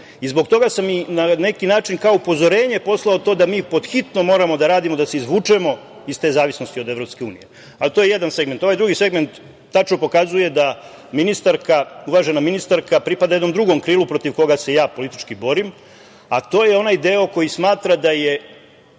toga sam i na neki način kao upozorenje poslao to da mi pod hitno moramo da radimo, da se izvučemo iz te zavisnosti od Evropske unije, a to je jedan segment. Ovaj drugi segment tačno pokazuje da uvažena ministarka, pripada jednom drugom krilu protiv koga se ja politički borim, a to je onaj deo koji smatra da je…